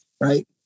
right